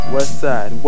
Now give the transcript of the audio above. Westside